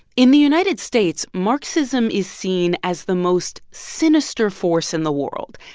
in the united states, marxism is seen as the most sinister force in the world.